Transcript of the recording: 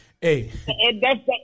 Hey